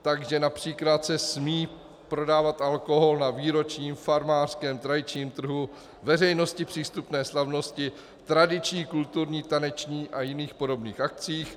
Takže například se smí prodávat alkohol na výročním, farmářském, tradičním trhu, veřejnosti přístupné slavnosti, tradičních kulturních, tanečních a jiných podobných akcích.